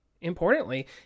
Importantly